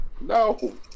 No